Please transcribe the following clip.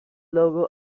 logo